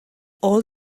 all